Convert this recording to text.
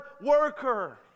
worker